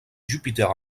jupiter